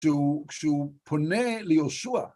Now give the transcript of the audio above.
‫כשהוא פונה ליהושוע.